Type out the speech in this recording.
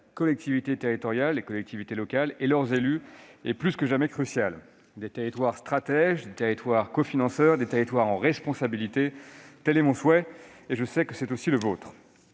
la coopération avec les collectivités locales et leurs élus est plus que jamais cruciale. Des territoires stratèges, des territoires cofinanceurs, des territoires en responsabilité : voilà ce que je souhaite, et je sais que c'est aussi votre